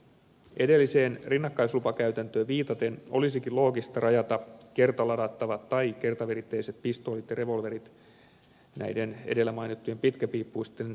edelliseen rinnakkaislupakäytäntöön viitaten olisikin loogista rajata kertaladattavat tai kertaviritteiset pistoolit ja revolverit näiden pitkäpiippuisten lupakategoriaan